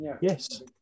yes